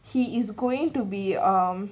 he is going to be um